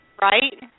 Right